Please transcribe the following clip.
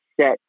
set